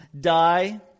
die